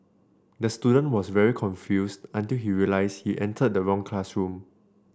the student was very confused until he realise he entered the wrong classroom